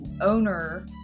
owner